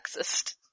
sexist